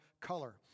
color